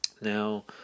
Now